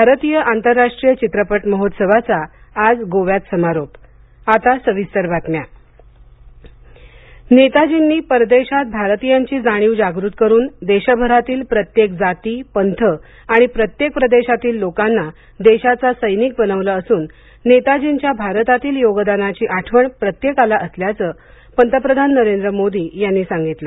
भारतीय आंतरराष्ट्रीय चित्रपट महोत्सवाचा आज गोव्यात समारोप आता सविस्तर बातम्या नेताजी नेताजींनी परदेशात भारतीयांची जाणीव जागृत करून देशभरातील प्रत्येक जाती पंथ आणि प्रत्येक प्रदेशातील लोकांना देशाचा सैनिक बनवले असून नेताजींच्या भारतातील योगदानाची आठवण प्रत्येकाला असल्याचं पंतप्रधान नरेंद्र मोदी यांनी सांगितलं